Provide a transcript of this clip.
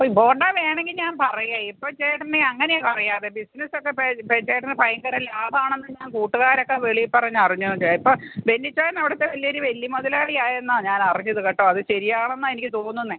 ബോണ്ട വേണമെങ്കിൽ ഞാൻ പറയാം ഇപ്പോൾ ചേട്ടനെ അങ്ങനെ പറയാതെ ബിസിനസ്സൊക്കെ ചേട്ടൻ ഭയങ്കര ലാഭമാണെന്നു ഞാൻ കൂട്ടുകാരൊക്കെ വെളിയിൽ പറഞ്ഞറിഞ്ഞു കൊണ്ടേയിപ്പോൾ ബെന്നിച്ചായനവിടുത്തെ വലിയ ഒരു വലിയ മുതലാളിയായെന്നാണ് ഞാനറിഞ്ഞത് കേട്ടോ അതു ശരിയാണെന്നാണ് എനിക്ക് തോന്നുന്നത്